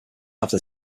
after